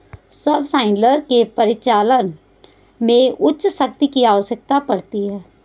subsoiler के परिचालन में उच्च शक्ति की आवश्यकता पड़ती है